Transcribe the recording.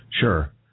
Sure